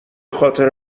خاطر